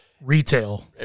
Retail